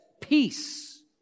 peace